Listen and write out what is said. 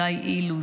גיא אילוז,